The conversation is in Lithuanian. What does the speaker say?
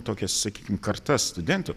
tokias sakykim kartas studentų